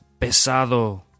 pesado